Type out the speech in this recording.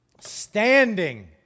Standing